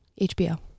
HBO